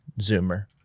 zoomer